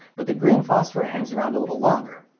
but the green phosphor hangs around a little longer.